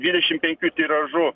dvidešim penkių tiražu